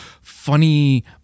funny